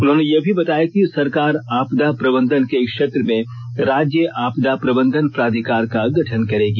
उन्होंने यह भी बताया कि सरकार आपदा प्रबंधन के क्षेत्र में राज्य आपदा प्रबंधन प्राधिकार का गठन करेगी